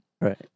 Right